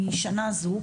מהשנה הזו.